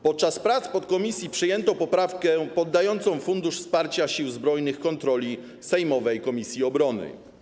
Podczas prac podkomisji przyjęto poprawkę poddającą Fundusz Wsparcia Sił Zbrojnych kontroli sejmowej komisji obrony.